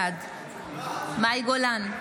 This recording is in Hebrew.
בעד מאי גולן,